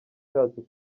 cyacu